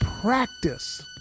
practice